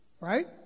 Right